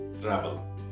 travel